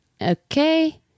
okay